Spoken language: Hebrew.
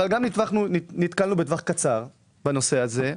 אבל גם נתקלנו בטווח קצר בנושא הזה.